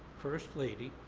first lady,